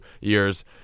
years